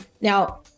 Now